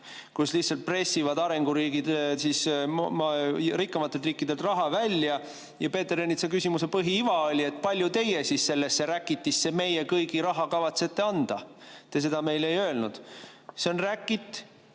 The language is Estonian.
kus lihtsalt arenguriigid pressivad rikkamatelt riikidelt raha välja. Ja Peeter Ernitsa küsimuse põhiiva oli, et kui palju teie sellesse räkitisse meie kõigi raha kavatsete anda. Te seda meile ei öelnud. See on räkit,